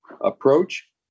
approach